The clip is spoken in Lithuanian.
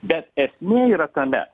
bet esmė yra tame